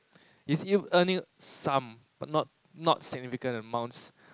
he's still earning some but not not significant amounts